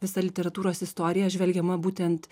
visa literatūros istorija žvelgiama būtent